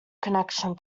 connection